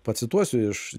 pacituosiu iš